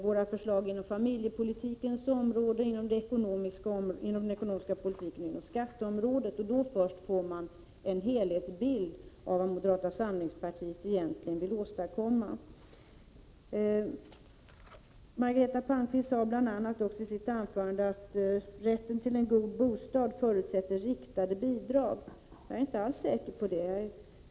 Våra förslag på familjepolitikens område, på den ekonomiska politikens område och på skatteområdet skall bedömas samtidigt. Först då får man en helhetsbild av vad moderata samlingspartiet egentligen vill åstadkomma. Margareta Palmqvist sade i sitt anförande bl.a. att riktade bidrag är en förutsättning för rätten till en god bostad. Men jag är inte alls så säker på det.